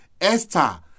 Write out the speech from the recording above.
Esther